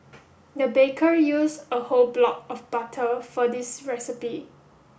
the baker used a whole block of butter for this recipe